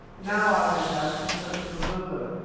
now i went out and spoke to mavovo,